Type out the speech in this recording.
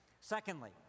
Secondly